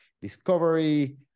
discovery